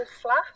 flat